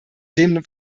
dem